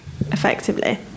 effectively